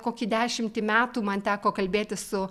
kokį dešimtį metų man teko kalbėtis su